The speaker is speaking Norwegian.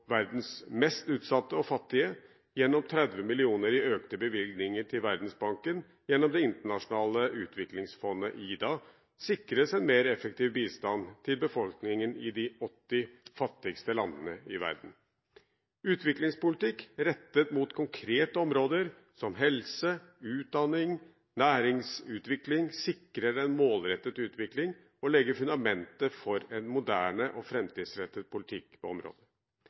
verdens mest utsatte og fattige gjennom 30 mill. kr i økte bevilgninger til Verdensbanken gjennom det internasjonale utviklingfondet, IDA, og sikre oss en mer effektiv bistand til befolkningen i de 80 fattigste landene i verden. Utviklingspolitikk rettet mot konkrete områder som helse, utdanning og næringsutvikling sikrer en målrettet utvikling og legger fundamentet for en moderne og framtidsrettet politikk på området.